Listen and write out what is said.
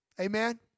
Amen